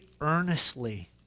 earnestly